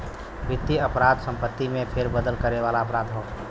वित्तीय अपराध संपत्ति में फेरबदल करे वाला अपराध हौ